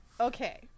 Okay